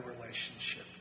relationship